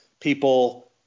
people